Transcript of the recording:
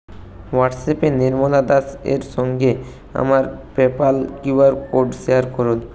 হোয়াটসঅ্যাপে নির্মলা দাস এর সঙ্গে আমার PayPal Q R code share করুন